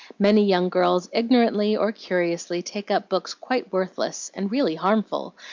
many young girls ignorantly or curiously take up books quite worthless, and really harmful,